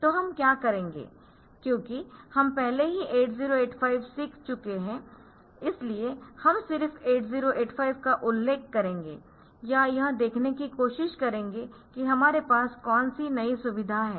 तो हम क्या करेंगे क्योंकि हम पहले ही 8085 सीख चुके है इसलिए हम सिर्फ 8085 का उल्लेख करेंगे और यह देखने की कोशिश करेंगे कि हमारे पास कौन सी नई सुविधा है